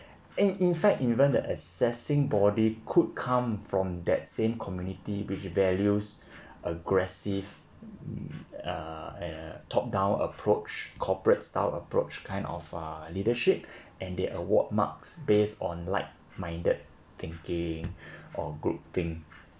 and in fact even the assessing body could come from that same community which values aggressive mm uh uh top-down approach corporate-style approach kind of uh leadership and they award marks based on like-minded thinking or good thing